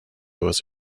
was